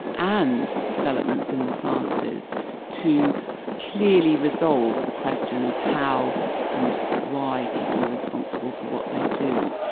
and developments in the sciences to clearly resolve the question of how and why people are responsible for what they do.